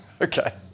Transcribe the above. Okay